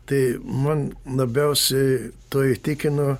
tai man labiausiai tuo įtikino